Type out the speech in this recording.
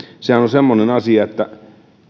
sehän on semmoinen asia että